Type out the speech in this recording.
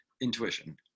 intuition